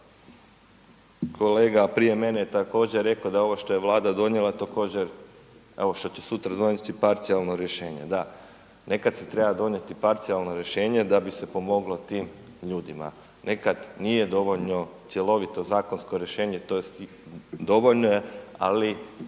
Kolega prije mene je također rekao da ovo što je Vlada donijela, također evo šta će sutra donijeti parcijalno rješenje. Da, nekad se treba donijeti parcijalno rješenje da bi se pomoglo tim ljudima, nekad nije dovoljno cjelovito zakonsko rješenje tj. dovoljno je ali